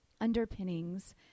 underpinnings